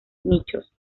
nichos